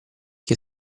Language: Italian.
che